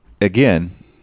again